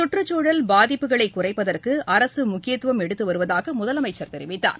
சுற்றுச்சூழல் பாதிப்புகளை குறைப்பதற்கு அரசு முக்கியத்துவம் எடுத்து வருவதாக முதலமைச்சர் தெரிவித்தார்